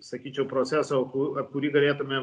sakyčiau procesų ku ap kurį galėtumėm